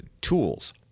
tools